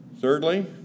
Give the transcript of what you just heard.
Thirdly